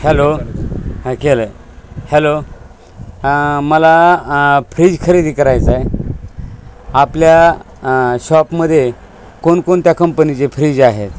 hello हा केलं आहे हॅलो मला फ्रीज खरेदी करायचं आहे आपल्या शॉपमध्ये कोणकोणत्या कंपनीचे फ्रीज आहेत